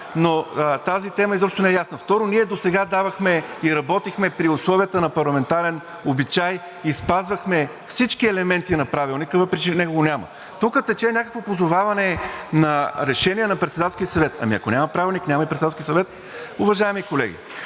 но тази тема изобщо не е ясна. Второ, ние досега давахме и работихме при условията на парламентарен обичай и спазвахме всички елементи на Правилника, въпреки че него го няма. Тук тече някакво позоваване на решение на Председателския съвет. Ами, ако няма Правилник, няма и Председателски съвет, уважаеми колеги.